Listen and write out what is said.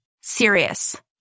serious